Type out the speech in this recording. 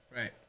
Right